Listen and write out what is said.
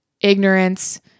ignorance